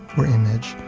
or image,